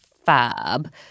fab